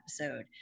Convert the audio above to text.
episode